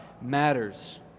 matters